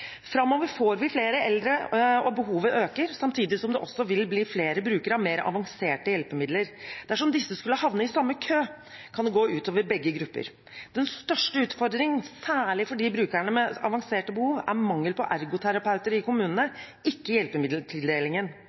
Framover får vi flere eldre og behovet øker, samtidig som det også vil bli flere brukere og mer avanserte hjelpemidler. Dersom disse skulle havne i samme kø, kan det gå ut over begge gruppene. Den største utfordringen, særlig for brukere med avanserte behov, er mangel på ergoterapeuter i kommunene, ikke hjelpemiddeltildelingen.